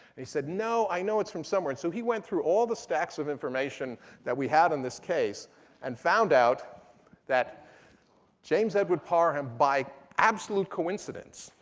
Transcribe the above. he said no, i know it's from somewhere. so he went through all the stacks of information that we had on this case and found out that james edward parham, by absolute coincidence,